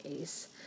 Ace